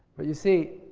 but you see,